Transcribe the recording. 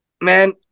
man